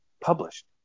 published